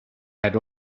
had